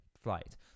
flight